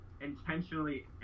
intentionally